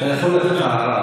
אתה יכול לתת הערה,